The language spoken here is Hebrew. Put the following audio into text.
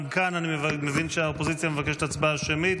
גם כאן אני מבין שהאופוזיציה מבקשת הצבעה שמית?